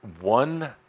one